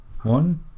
One